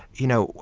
you know,